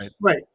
right